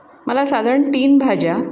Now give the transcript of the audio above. मला साधारण तीन भाज्या